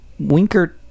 Winkert